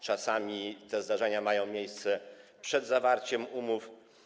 Czasami zdarzenia te mają miejsce przed zawarciem umów.